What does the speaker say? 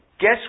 Guess